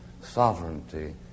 sovereignty